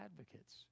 advocates